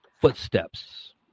footsteps